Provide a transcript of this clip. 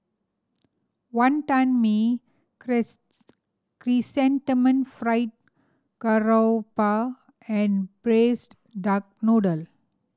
Wonton Mee Chrysanthemum Fried Garoupa and Braised Duck Noodle